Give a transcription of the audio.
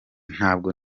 ntabwo